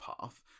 path